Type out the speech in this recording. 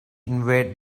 invade